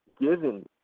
given